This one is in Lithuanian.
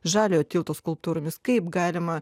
žaliojo tilto skulptūrinis kaip galima